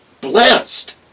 blessed